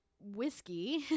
whiskey